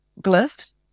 glyphs